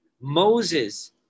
Moses